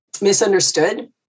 misunderstood